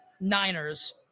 Niners